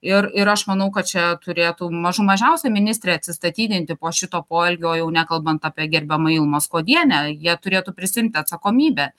ir ir aš manau kad čia turėtų mažų mažiausiai ministrė atsistatydinti po šito poelgio o jau nekalbant apie gerbiamą ilmą skuodienę jie turėtų prisiimti atsakomybę